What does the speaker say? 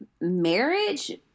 marriage